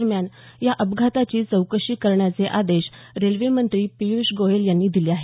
दरम्यान या अपघाताची चौकशी करण्याचे आदेश रेल्वेमंत्री पियूष गोयल यांनी दिले आहेत